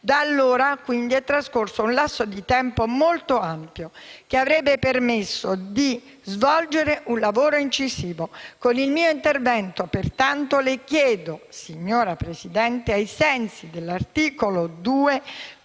Da allora è trascorso un lasso di tempo molto ampio che avrebbe permesso di svolgere un lavoro incisivo. Con il mio intervento, pertanto, le chiedo, signora Presidente, ai sensi dell'articolo 2,